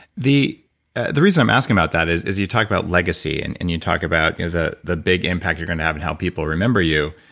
the ah the reason i'm asking about that is is you talk about legacy and and you talk about the the big impact that you're gonna have in how people remember you.